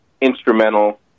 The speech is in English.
instrumental